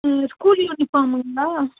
school யூனிஃபார்முங்களா